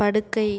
படுக்கை